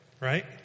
Right